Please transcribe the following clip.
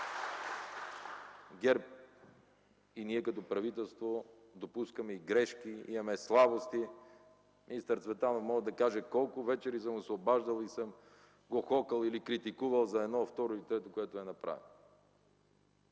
ГЕРБ и ние като правителство допускаме и грешки, имаме слабости. Министър Цветанов може да каже колко вечери съм му се обаждал и съм го хокал или критикувал за едно, второ или трето, което е направил,